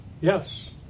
Yes